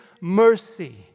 mercy